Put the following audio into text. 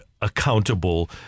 accountable